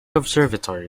observatory